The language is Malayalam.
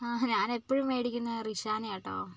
ആഹാ ഞാൻ എപ്പോഴും മേടിക്കുന്ന റിഷാനിയാണ് കെട്ടോ